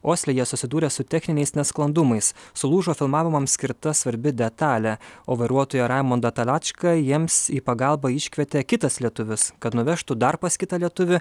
osle jie susidūrė su techniniais nesklandumais sulūžo filmavimams skirta svarbi detalė o vairuotoją raimundą talečką jiems į pagalbą iškvietė kitas lietuvis kad nuvežtų dar pas kitą lietuvį